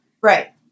Right